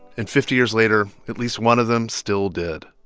and fifty years later, at least one of them still did.